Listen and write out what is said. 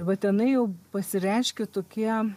va tenai jau pasireiškė tokie